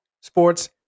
sports